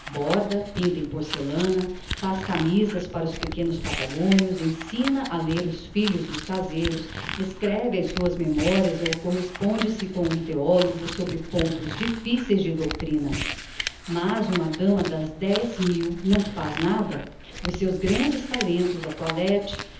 borda pinta em porcellana faz camisas para os pequenos patagonios ensina a ler os filhos dos caseiros escreve as suas memorias ou corresponde se com um theologo sobre pontos difficeis de doutrina mas um dama das dez mil não faz nada os seus grandes talentos a